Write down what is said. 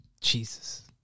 Jesus